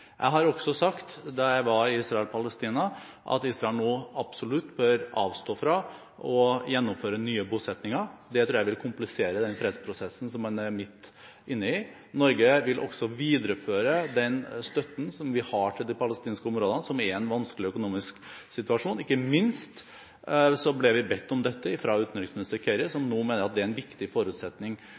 Jeg har også sagt, da jeg var i Israel og Palestina, at Israel nå absolutt bør avstå fra å gjennomføre nye bosetninger, som jeg tror vil komplisere den fredsprosessen man er midt inni. Norge vil videreføre den støtten vi har til de palestinske områdene, som er i en vanskelig økonomisk situasjon. Ikke minst ble vi bedt om dette fra utenriksminister Kerry, som nå mener at det er en viktig forutsetning